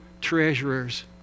treasurers